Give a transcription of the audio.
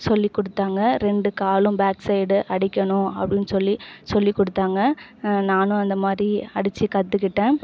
சொல்லி கொடுத்தாங்க ரெண்டு காலும் பேக் சைட்டு அடிக்கணும் அப்படின் சொல்லி சொல்லி கொடுத்தாங்க நானும் அந்தமாதிரி அடிச்சி கற்றுகிட்டன்